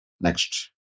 Next